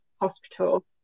Hospital